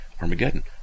Armageddon